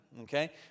okay